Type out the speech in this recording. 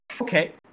Okay